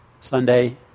Sunday